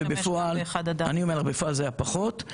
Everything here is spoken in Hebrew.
ובפועל זה היה פחות.